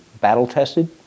battle-tested